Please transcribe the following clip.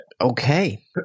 Okay